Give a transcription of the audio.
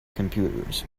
computers